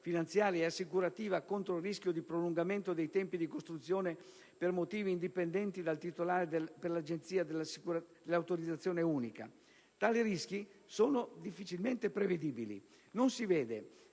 finanziaria e assicurativa contro il rischio di prolungamento dei tempi di costruzione per motivi indipendenti dal titolare per l'Agenzia dell'autorizzazione unica». Tali rischi sono difficilmente prevedibili. Non si vede